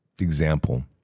example